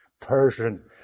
Persian